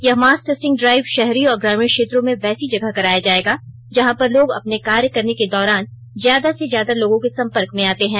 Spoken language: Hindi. यह मास टेस्टिंग ड्राइव शहरी और ग्रामीण क्षेत्रों में वैसी जगह कराया जाएगा जहां पर लोग अपने कार्य करने के दौरान ज्यादा से ज्यादा लोगों के संपर्क में आते हैं